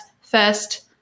first